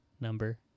number